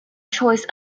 choice